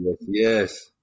Yes